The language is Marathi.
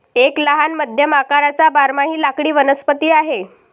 एक लहान मध्यम आकाराचा बारमाही लाकडी वनस्पती आहे